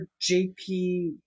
JP